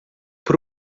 por